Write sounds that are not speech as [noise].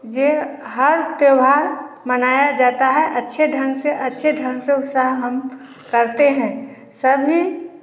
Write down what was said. जे हर त्यौहार मनाया जाता है अच्छे ढंग से अच्छे ढंग से [unintelligible] हम करते हैं सभी